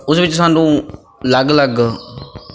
ਉਹਦੇ ਵਿੱਚ ਸਾਨੂੰ ਅਲੱਗ ਅਲੱਗ